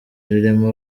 ririmo